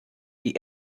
die